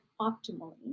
optimally